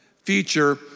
feature